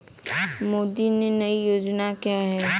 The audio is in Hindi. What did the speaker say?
मोदी की नई योजना क्या है?